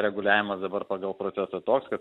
reguliavimas dabar pagal procesą toks kad